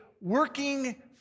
working